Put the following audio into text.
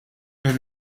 bir